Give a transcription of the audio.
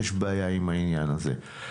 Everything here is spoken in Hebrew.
שיש בעיה עם העניין הזה.